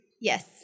yes